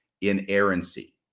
inerrancy